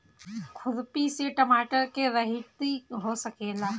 खुरपी से टमाटर के रहेती हो सकेला?